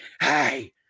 Hey